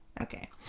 Okay